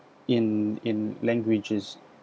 in in languages